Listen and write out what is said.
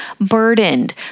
burdened